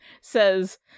says